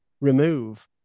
remove